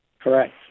correct